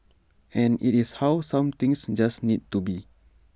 and IT is how some things just need to be